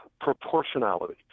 proportionality